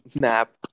map